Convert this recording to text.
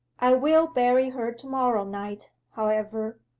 i will bury her to-morrow night, however,